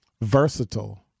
versatile